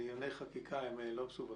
דיוני חקיקה אינם מסווגים.